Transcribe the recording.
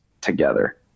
together